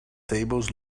tables